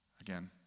Again